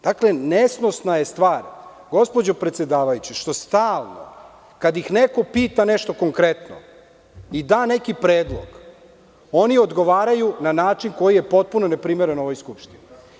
Dakle, nesnosna je stvar, gospođo predsedavajuća, što stalno kada ih neko pita nešto konkretno, i da neki predlog, oni odgovaraju na način koji je potpuno neprimeren ovoj Skupštini.